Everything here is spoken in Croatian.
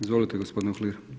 Izvolite gospodine Uhlir.